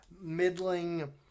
middling